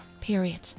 Period